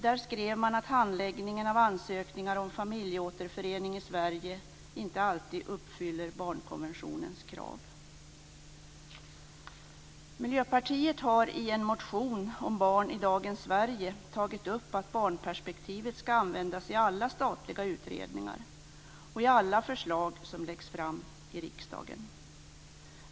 Där skrev man att handläggningarna av ansökningar om familjeåterförening i Sverige inte alltid uppfyller barnkonventionens krav. Sverige tagit upp att barnperspektivet skall användas i alla statliga utredningar och i alla förslag som läggs fram i riksdagen.